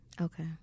Okay